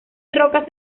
rocas